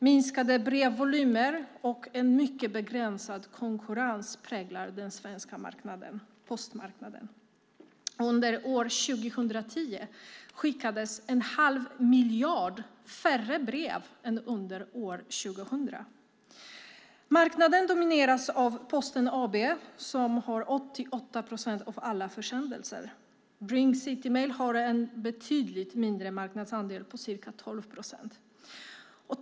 Minskade brevvolymer och en mycket begränsad konkurrens präglar den svenska postmarknaden. Under år 2010 skickades en halv miljard färre brev än under år 2000. Marknaden domineras av Posten AB som har 88 procent av alla försändelser. Bring Citymail har en betydligt mindre marknadsandel på ca 12 procent.